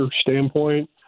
standpoint